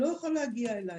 הוא לא יכול להגיע אליי.